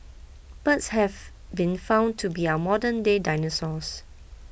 birds have been found to be our modernday dinosaurs